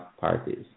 parties